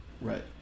right